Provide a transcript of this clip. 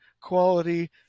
quality